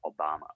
Obama